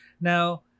Now